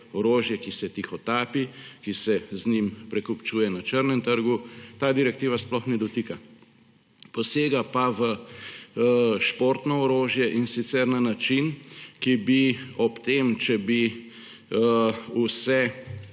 orožje, ki se tihotapi, ki se z njim prekupčuje na črnem trgu, ta direktiva sploh ne dotika. Posega pa v športno orožje, in sicer na način, ki bi ob tem, če bi vse